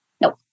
Nope